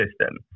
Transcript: system